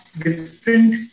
different